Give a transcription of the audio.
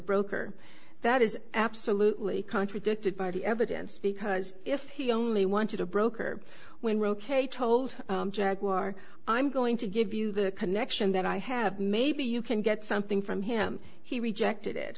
broker that is absolutely contradicted by the evidence because if he only wanted a broker when roquet told jaguar i'm going to give you the connection that i have maybe you can get something from him he rejected it